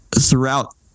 throughout